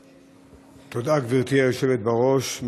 תודה, גברתי היושבת בראש.